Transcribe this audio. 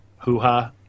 Hoo-ha